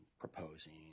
proposing